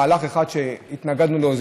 מהלך אחד שהתנגדו לו,